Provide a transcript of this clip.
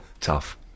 tough